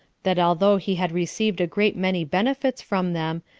that although he had received a great many benefits from them,